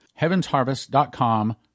heavensharvest.com